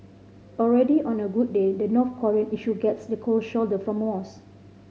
already on a good day the North Korean issue gets the cold shoulder from most